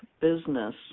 business